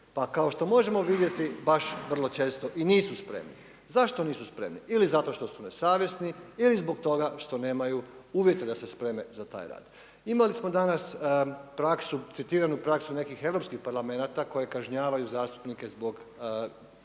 Pa kao što možemo vidjeti baš vrlo često i nisu spremni. Zašto nisu spremni? Ili zato što su nesavjesni ili zbog toga što nemaju uvjeta da se spreme za taj rad. Imali smo danas praksu, citiranu praksu nekih europskih parlamenata koji kažnjavaju zastupnike zbog